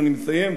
ואני מסיים,